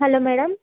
hello madam